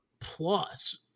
plus